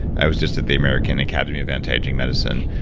i was just at the american academy of anti-aging medicine,